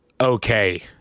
okay